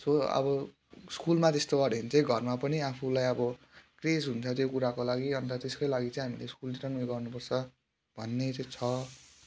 so अब स्कुलमा त्यस्तो गऱ्यो भने चाहिँ घरमा पनि आफूलाई अब क्रेज हुन्छ त्यो कुराको लागि अन्त त्यसकै लागि चाहिँ हामीले स्कुलतिर पनि उयो गर्नुपर्छ भन्ने चाहिँ छ